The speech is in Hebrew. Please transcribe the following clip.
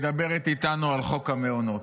מדברת איתנו על חוק המעונות.